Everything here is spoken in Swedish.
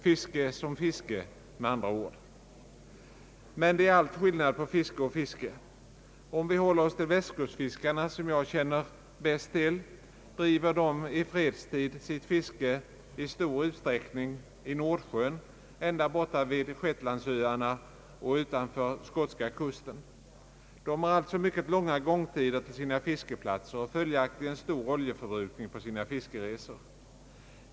Fiske som fiske, med andra ord. Men det är allt skillnad på fiske och fiske. Västkustfiskarna, som jag känner bäst till, bedriver i fredstid i stor utsträckning sitt fiske i Nordsjön, ända borta vid Shetlandsöarna och utanför skotska kusten. De har alltså mycket långa gångtider till sina fiskeplatser och följaktligen stor oljeförbrukning på sina fiskeresor.